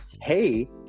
hey